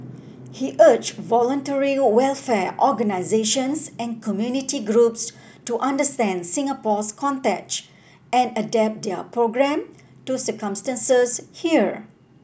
he urged voluntary welfare organisations and community groups to understand Singapore's context and adapt their programme to circumstances here